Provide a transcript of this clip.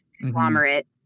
conglomerate